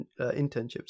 internships